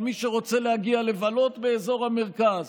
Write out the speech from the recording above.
על מי שרוצה להגיע לבלות באזור המרכז.